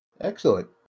Excellent